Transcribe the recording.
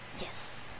yes